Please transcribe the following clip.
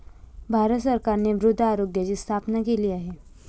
भारत सरकारने मृदा आरोग्याची स्थापना केली आहे